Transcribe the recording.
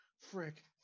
Frick